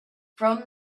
from